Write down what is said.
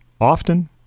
often